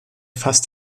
fast